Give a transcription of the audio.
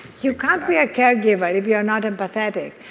you can't be a caregiver but if you're not empathetic.